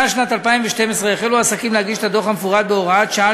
מאז שנת 2012 החלו עסקים להגיש את הדוח המפורט בהוראת שעה,